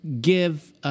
give